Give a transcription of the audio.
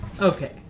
Okay